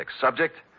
Subject